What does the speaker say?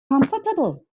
comfortable